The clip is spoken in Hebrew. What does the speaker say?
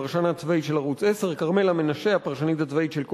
הפרשן הצבאי של ערוץ-10,